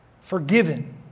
forgiven